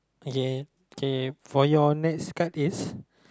ya can you for your next card is